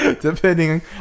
Depending